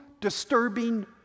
disturbing